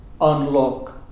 unlock